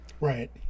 Right